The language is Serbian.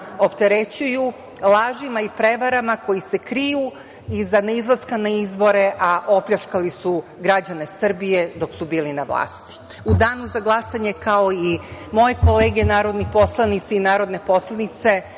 opterećuju lažima i prevarama, koji se kriju iza neizlaska na izbore, a opljačkali su građane Srbije dok su bili na vlasti.U danu za glasanje, kao i moje kolege narodni poslanici i narodne poslanice